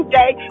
day